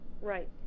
Right